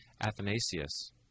Athanasius